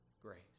grace